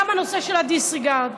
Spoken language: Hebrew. גם הנושא של ה-disregard,